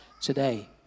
today